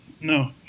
No